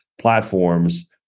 platforms